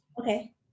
Okay